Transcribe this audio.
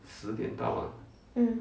mm